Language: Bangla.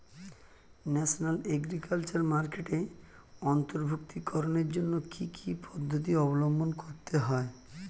ন্যাশনাল এগ্রিকালচার মার্কেটে অন্তর্ভুক্তিকরণের জন্য কি কি পদ্ধতি অবলম্বন করতে হয়?